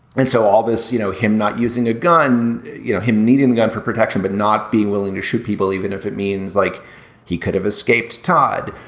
and so all this you know him not using a gun you know him needing a gun for protection but not being willing to shoot people even if it means like he could have escaped. todd.